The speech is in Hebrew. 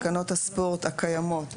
תקנות הספורט הקיימות בטלות.